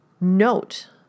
note